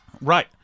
right